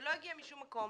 זה לא הגיע משום מקום.